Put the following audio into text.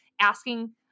asking